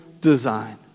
design